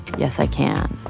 yes i can